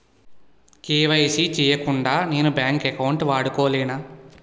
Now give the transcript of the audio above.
KYC చేయకుండా నేను bank account వాడుకొలేన?